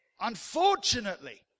unfortunately